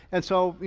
and so,